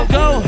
go